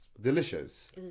delicious